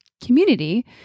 community